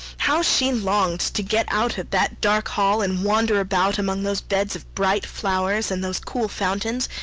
how she longed to get out of that dark hall, and wander about among those beds of bright flowers and those cool fountains,